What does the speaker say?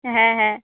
হ্যাঁ হ্যাঁ